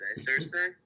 Thursday